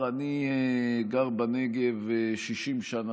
אני גר בנגב 60 שנה,